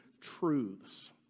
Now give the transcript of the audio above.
truths